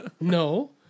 no